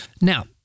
Now